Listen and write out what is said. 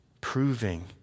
proving